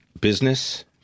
business